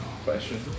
question